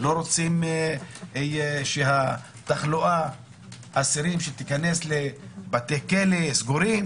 לא רוצים שתחלואת אסירים תיכנס לבתי כלא סגורים